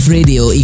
Radio